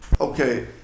Okay